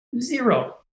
Zero